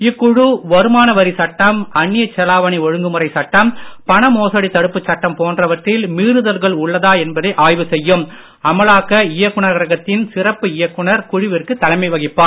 இக்குழு வருமான வரிச் சட்டம் அன்னியச் செலாவனி ஒழுங்குமுறை சட்டம் பண மோசடி தடுப்புச் சட்டம் போன்றவற்றில் மீறுதல்கள் உள்ளதா என்பதை இயக்குநரகத்தின் சிறப்பு இயக்குனர் குழுவிற்கு தலைமை வகிப்பார்